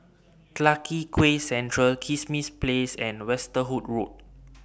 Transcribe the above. Clarke Quay Central Kismis Place and Westerhout Road